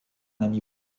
ami